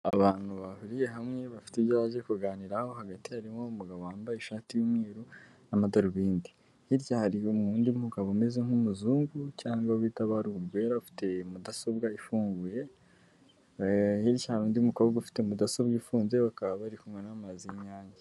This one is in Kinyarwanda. Abantu bahuriye hamwe bafite ibyo baje kuganiraho hagati harimo umugabo wambaye ishati y'umweru n'amadarubindi, yirya yabo n'undi mugabo umeze nk'umuzungu cyangwa bita ba ruhu rwera, afite mudasobwa ifunguye, hirya hari undi mukobwa ufite mudasobwa ifunze, bakaba bari kumwe n'amazi y'inyange.